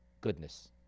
goodness